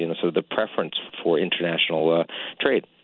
you know so the preference for international trade.